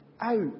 out